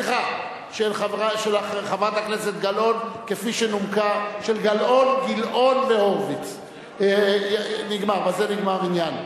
39 בעד, שבעה נגד, אין נמנעים.